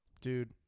Dude